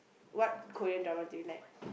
what Korean drama do you like